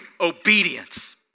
Obedience